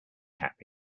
happy